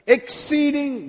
exceeding